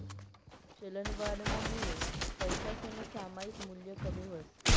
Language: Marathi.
चलनवाढनामुये पैसासनं सामायिक मूल्य कमी व्हस